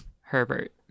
Herbert